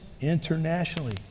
internationally